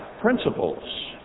principles